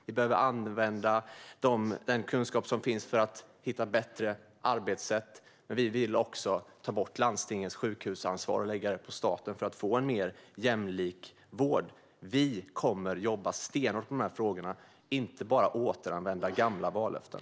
Vi behöver använda den kunskap som finns för att hitta bättre arbetssätt, men vi vill också ta bort landstingens sjukhusansvar och lägga det på staten för att få en mer jämlik vård. Vi kommer att jobba stenhårt med de här frågorna och inte bara återanvända gamla vallöften.